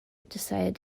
decided